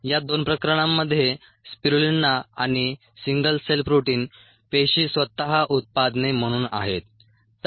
या 2 प्रकरणांमध्ये स्पिरुलिना आणि सिंगल सेल प्रोटीन पेशी स्वतः उत्पादने म्हणून आहेत